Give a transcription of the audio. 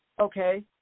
okay